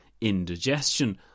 indigestion